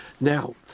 Now